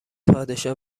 پادشاه